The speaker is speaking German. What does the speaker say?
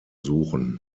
suchen